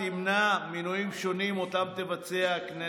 תמנע מינויים שונים שתבצע הכנסת.